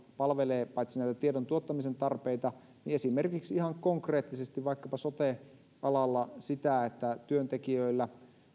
palvelevat paitsi näitä tiedon tuottamisen tarpeita niin esimerkiksi ihan konkreettisesti vaikkapa sote alalla sitä että työntekijöillä